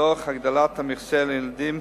תוך הגדלת המכסה לילדים